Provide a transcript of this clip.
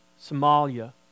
Somalia